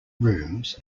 rooms